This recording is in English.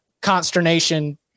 consternation